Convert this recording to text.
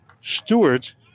Stewart